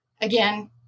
Again